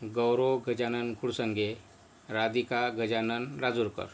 Gaurav Gajanan Phursange Radhika Gajanan Rajurkar